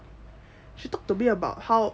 she talked to me about how